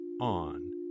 on